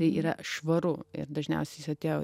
tai yra švaru ir dažniausiai jis atėjo